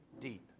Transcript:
deep